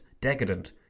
decadent